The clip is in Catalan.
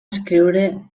escriure